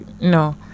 No